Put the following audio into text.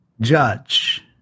judge